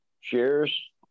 cheers